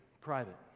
private